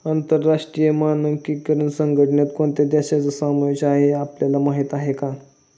आंतरराष्ट्रीय मानकीकरण संघटनेत कोणत्या देशांचा समावेश आहे हे आपल्याला माहीत आहे का?